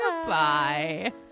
Goodbye